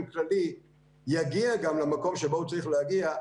כללי יגיע גם למקום שאליו הוא צריך להגיע,